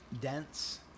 dense